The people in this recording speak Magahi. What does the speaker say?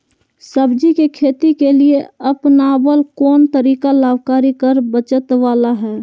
सब्जी के खेती के लिए अपनाबल कोन तरीका लाभकारी कर बचत बाला है?